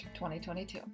2022